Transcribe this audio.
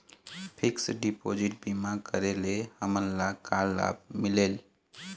Fix deposit बीमा करे ले हमनला का लाभ मिलेल?